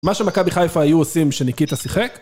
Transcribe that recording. מה שמכבי חיפה היו עושים שניקיטה שיחק